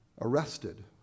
arrested